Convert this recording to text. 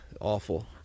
awful